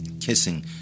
kissing